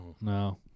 No